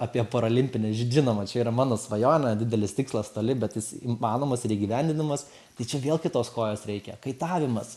apie parolimpines žinoma čia yra mano svajonė didelis tikslas toli bet jis įmanomas ir įgyvendinamas tai čia vėl kitos kojos reikia kaitavimas